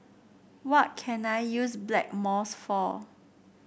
what can I use Blackmores for